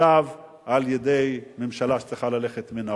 מוכתב על-ידי ממשלה שצריכה ללכת מן העולם.